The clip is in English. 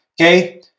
Okay